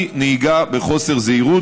היא נהיגה בחוסר זהירות,